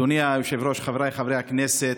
אדוני היושב-ראש, חבריי חברי הכנסת,